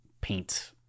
paint